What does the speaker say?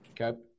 Okay